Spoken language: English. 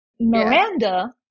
Miranda